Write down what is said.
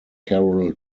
carroll